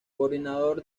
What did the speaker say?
coordinador